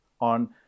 on